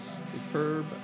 Superb